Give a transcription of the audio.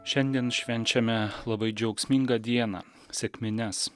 šiandien švenčiame labai džiaugsmingą dieną sekmines